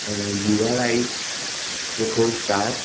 ज़ीरा राइस लिखोसि चारि